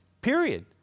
period